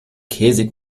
käsig